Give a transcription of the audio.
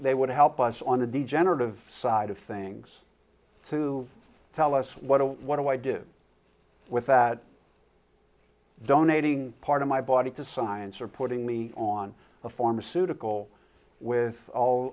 they would help us on the degenerative side of things to tell us what what do i do with that donating part of my body to science or putting me on a pharmaceutical with all